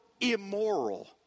immoral